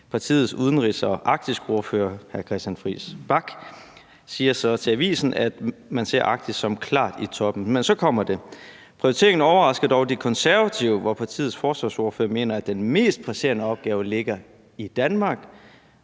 Partiets udenrigs- og arktisordfører, hr. Christian Friis Bach, siger så til avisen, at man ser Arktis som klart i toppen. Men så kommer det: Prioriteringen overraskede dog De Konservative, hvor partiets forsvarsordfører mener, at den mest presserende opgave ligger i Danmark,